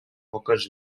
poques